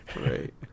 Right